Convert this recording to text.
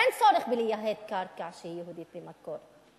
אין צורך לייהד קרקע שהיא יהודית במקור.